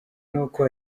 nuko